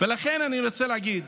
ולכן אני רוצה להגיד